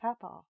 papa